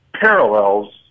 parallels